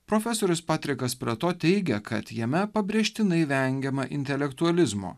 profesorius patrikas preto teigia kad jame pabrėžtinai vengiama intelektualizmo